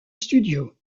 studio